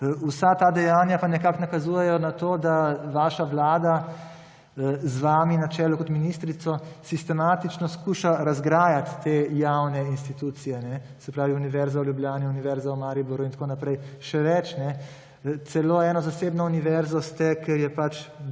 Vsa ta dejanja pa nekako nakazujejo na to, da vaša vlada, z vami na čelu kot ministrico, sistematično skuša razgrajati te javne institucije. Se pravi, Univerza v Ljubljani, Univerza v Mariboru in tako naprej. Še več, celo eno zasebno univerzo ste, ker je pač